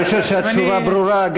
אני חושב שהתשובה ברורה.